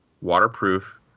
waterproof